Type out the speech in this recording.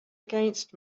against